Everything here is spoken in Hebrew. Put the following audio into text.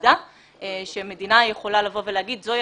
אחודה שמדינה יכולה לבוא ולהגיד: זו היא